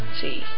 see